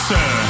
Sir